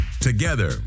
Together